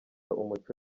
umuco